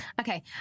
Okay